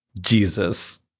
Jesus